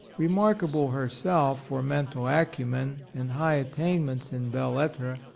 remarkable herself for mental acumen and high attain ments in belles lettres,